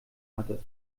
hatte